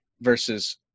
versus